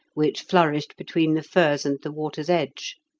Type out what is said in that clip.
which flourished between the firs and the water's edge.